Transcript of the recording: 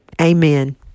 Amen